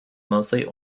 mostly